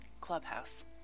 Clubhouse